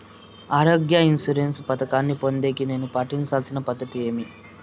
ఆరోగ్య ఇన్సూరెన్సు పథకాన్ని పొందేకి నేను పాటించాల్సిన పద్ధతి ఏమి?